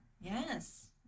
Yes